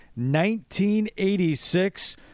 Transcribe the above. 1986